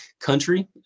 country